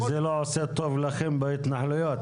שזה לא עושה טוב לכם בהתנחלויות.